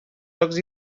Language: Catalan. jocs